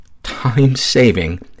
time-saving